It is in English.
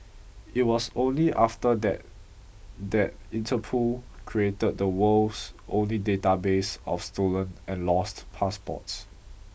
it was only after that that Interpol created the world's only database of stolen and lost passports